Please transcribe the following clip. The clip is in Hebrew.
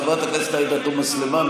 חברת הכנסת עאידה תומא סלימאן,